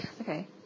Okay